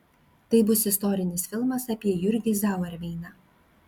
tai bus istorinis filmas apie jurgį zauerveiną